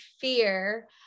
fear